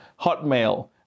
Hotmail